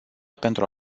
pentru